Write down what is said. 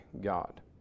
God